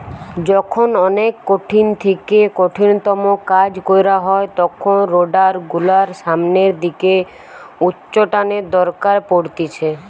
যখন অনেক কঠিন থেকে কঠিনতম কাজ কইরা হয় তখন রোডার গুলোর সামনের দিকে উচ্চটানের দরকার পড়তিছে